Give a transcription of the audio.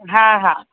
हा हा